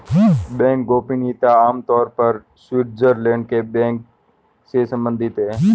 bank गोपनीयता आम तौर पर स्विटज़रलैंड के बैंक से सम्बंधित है